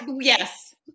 Yes